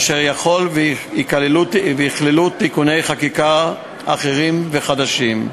אשר יכול ויכללו תיקוני חקיקה אחרים וחדשים.